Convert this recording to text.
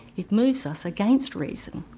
it moves us against reason.